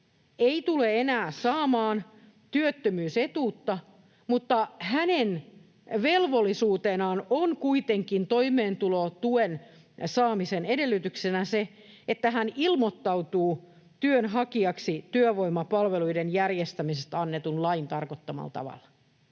ei tule enää saamaan työttömyysetuutta, mutta hänen velvollisuutenaan, toimeentulotuen saamisen edellytyksenä, on kuitenkin se, että hän ilmoittautuu työnhakijaksi työvoimapalveluiden järjestämisestä annetun lain tarkoittamalla tavalla.